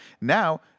Now